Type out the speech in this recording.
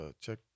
Check